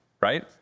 right